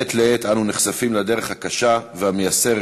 מעת לעת אנו נחשפים לדרך הקשה והמייסרת